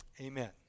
amen